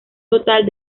total